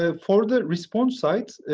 ah for the response side,